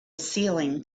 ceiling